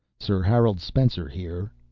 sir harold spencer here,